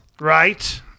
Right